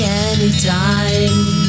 anytime